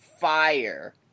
fire